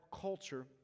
culture